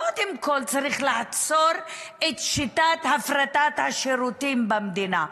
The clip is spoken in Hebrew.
קודם כול צריך לעצור את שיטת הפרטת השירותים במדינה.